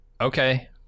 Okay